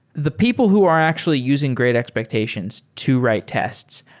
the people who are actually using great expectations to write tests,